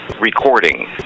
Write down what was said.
Recording